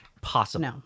possible